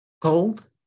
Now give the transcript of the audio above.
Cold